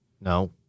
No